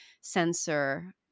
censor